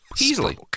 easily